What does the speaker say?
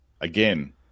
again